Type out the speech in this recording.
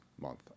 month